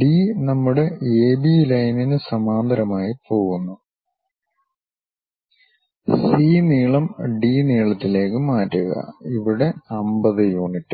D നമ്മുടെ A B ലൈനിന് സമാന്തരമായി പോകുന്നു സി നീളം ഡി നീളത്തിലേക്ക് മാറ്റുക ഇവിടെ 50 യൂണിറ്റ്